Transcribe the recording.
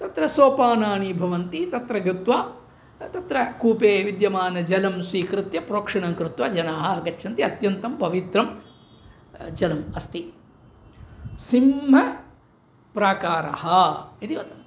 तत्र सोपानानि भवन्ति तत्र गत्वा तत्र कूपे विद्यमानं जलं स्वीकृत्य प्रोक्षणं कृत्वा जनाः आगच्छन्ति अत्यन्तं पवित्रं जलम् अस्ति सिंहप्राकारः इति वदन्ति